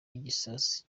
igisasu